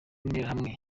n’interahamwe